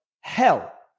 hell